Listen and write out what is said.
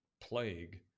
plague